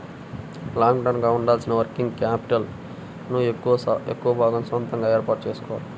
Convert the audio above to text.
long term గా ఉండాల్సిన working capital ను ఎక్కువ భాగం సొంతగా ఏర్పాటు చేసుకోవాలి